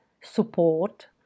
support